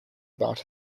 about